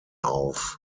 auf